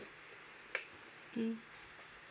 mm